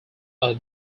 are